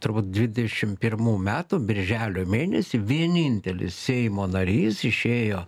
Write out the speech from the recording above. turbūt dvidešim pirmų metų birželio mėnesį vienintelis seimo narys išėjo